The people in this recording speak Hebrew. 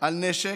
על נשק,